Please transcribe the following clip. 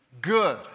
good